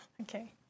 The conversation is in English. Okay